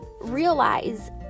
realize